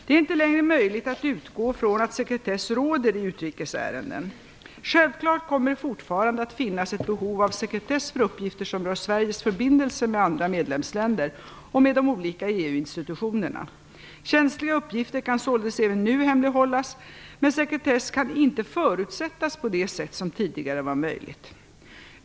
Det är inte längre möjligt att utgå från att sekretess råder i utrikes ärenden. Självklart kommer det fortfarande att finnas ett behov av sekretess för uppgifter som rör Sveriges förbindelser med andra medlemsländer och med de olika EU institutionerna. Känsliga uppgifter kan således även nu hemlighållas men sekretess kan inte förutsättas på det sätt som tidigare var möjligt.